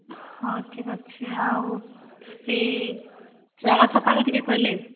ହଁ ଠିକ୍ ଅଛେ ଆଉ ସେ ଜାଗା ସଫା କରିକେ କହେଲେ